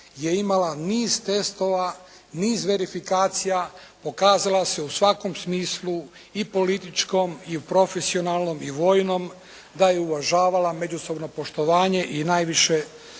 je imala niz testova, niz verifikacija, pokazala se u svakom smislu i političkom i profesionalnom i vojnom da je uvažavala međusobno poštovanje i najviše